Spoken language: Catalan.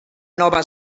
nova